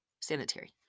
sanitary